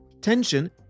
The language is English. Tension